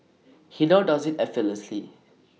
he now does IT effortlessly